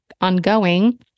ongoing